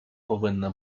повинна